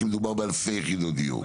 כי מדובר באלפי יחידות דיור.